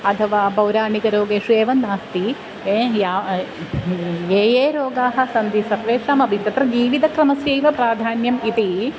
अथवा पौराणिकरोगेषु एव नास्ति या ये ये रोगाः सन्ति सर्वेषामपि तत्र जीविदक्रमस्यैव प्राधान्यम् इति